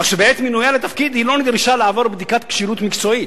כך שבעת מינויה לתפקיד היא לא נדרשה לעבור בדיקת כשירות מקצועית,